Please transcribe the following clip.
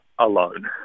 alone